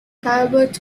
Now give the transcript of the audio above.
calvert